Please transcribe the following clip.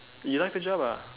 you like the job ah